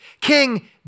King